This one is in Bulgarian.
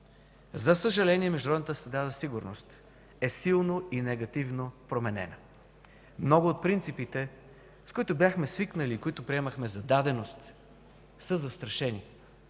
За съжаление, международната среда за сигурност е силно и негативно променена. Много от принципите, с които бяхме свикнали и които приемахме за даденост, са застрашени.